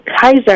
Kaiser